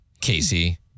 Casey